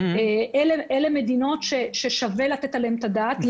אלה מדינות ששווה לתת עליהן את הדעת.